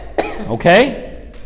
Okay